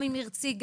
גם ממרצי,